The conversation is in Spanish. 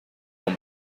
con